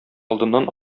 алдыннан